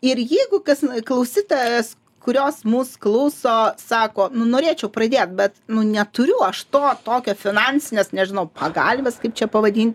ir jeigu kas n klausytojas kurios mūs klauso sako nu norėčiau pradėt bet nu neturiu aš to tokio finansinės nežinau pagalvės kaip čia pavadint